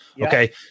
okay